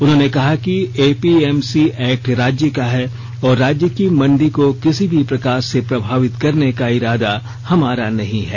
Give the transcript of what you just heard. उन्होंने कहा कि एपीएमसी एक्ट राज्य का है और राज्य की मंडी को किसी भी प्रकार से प्रभावित करने का इरादा हमारा नहीं है